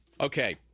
Okay